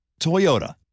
Toyota